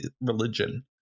religion